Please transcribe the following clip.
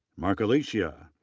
mark alicea.